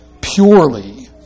purely